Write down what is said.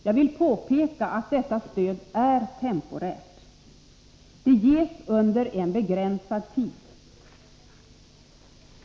Jag vill påpeka att detta stöd är temporärt. Det ges under en begränsad tid.